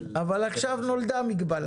אבל עכשיו נולדה המגבלה,